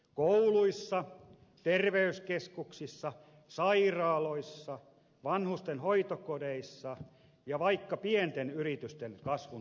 kouluissa terveyskeskuksissa sairaaloissa vanhusten hoitokodeissa ja vaikka pienten yritysten kasvun tukemisessa